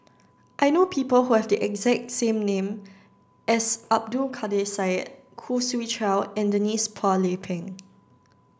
I know people who have the exact same name as Abdul Kadir Syed Khoo Swee Chiow and Denise Phua Lay Peng